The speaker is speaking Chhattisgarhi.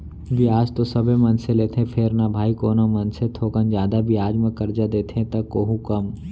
बियाज तो सबे मनसे लेथें फेर न भाई कोनो मनसे थोकन जादा बियाज म करजा देथे त कोहूँ कम